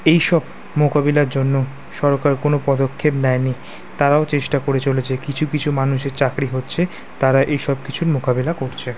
এই সব মোকাবিলার জন্য সরকার কোনো পদক্ষেপ নেয়নি তারাও চেষ্টা করে চলেছে কিছু কিছু মানুষের চাকরি হচ্ছে তারা এই সব কিছুর মোকাবিলা করছে